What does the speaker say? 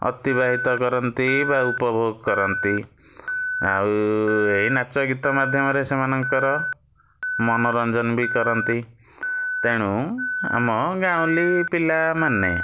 ଅତିବାହିତ କରନ୍ତି ବା ଉପଭୋଗ କରନ୍ତି ଆଉ ଏହି ନାଚଗୀତ ମାଧ୍ୟମରେ ସେମାନଙ୍କର ମନୋରଞ୍ଜନ ବି କରନ୍ତି ତେଣୁ ଆମ ଗାଉଁଲି ପିଲାମାନେ